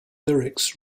lyrics